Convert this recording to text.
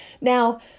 now